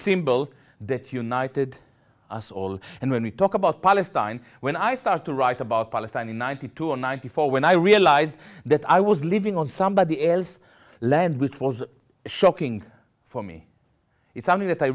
symbol that united us all and when we talk about palestine when i start to write about palestine in ninety two or ninety four when i realized that i was living on somebody else land which was shocking for me it's something that i